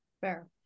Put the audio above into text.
Fair